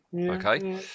Okay